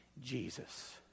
Jesus